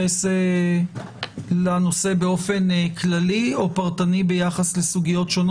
העצור או האסיר בדיון בהיוועדות חזותית,